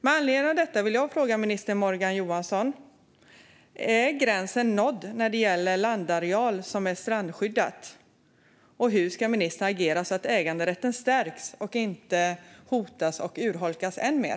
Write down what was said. Med anledning av detta vill jag fråga minister Morgan Johansson: Är gränsen nådd när det gäller landareal som är strandskyddad? Och hur ska ministern agera så att äganderätten stärks och inte hotas och urholkas än mer?